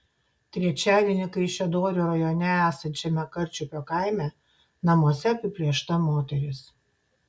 trečiadienį kaišiadorių rajone esančiame karčiupio kaime namuose apiplėšta moteris